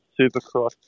Supercross